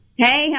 Hey